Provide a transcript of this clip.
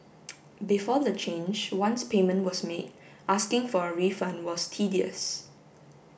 before the change once payment was made asking for a refund was tedious